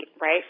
right